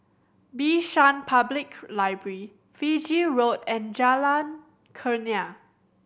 Bishan Public Library Fiji Road and Jalan Kurnia